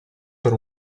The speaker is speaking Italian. per